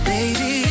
Baby